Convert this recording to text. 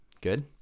good